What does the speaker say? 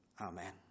amen